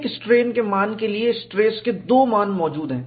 एक स्ट्रेन के मान के लिए स्ट्रेस के दो मान मौजूद हैं